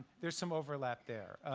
there's some overlap there.